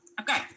okay